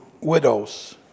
widows